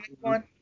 one